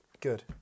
Good